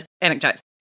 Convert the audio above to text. anecdotes